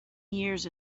years